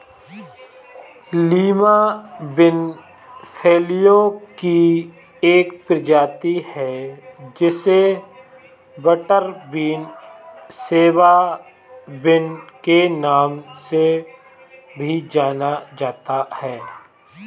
Lima bean फलियों की एक प्रजाति है जिसे बटरबीन, सिवा बिन के नाम से भी जाना जाता है